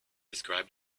describe